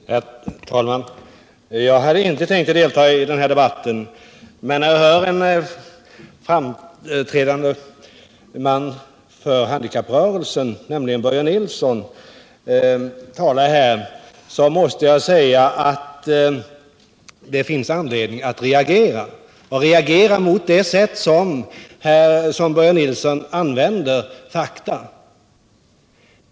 Herr talman! Jag hade inte tänkt delta i denna debatt, men när jag lyssnade på vad en framträdande man inom handikapprörelsen, Börje Nilsson, sade här måste jag reagera mot det sätt på vilket Börje Nilsson använder fakta.